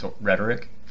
rhetoric